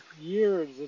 Years